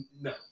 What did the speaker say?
no